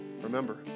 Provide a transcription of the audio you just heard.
Remember